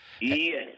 Yes